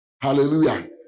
Hallelujah